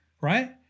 right